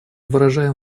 выражаем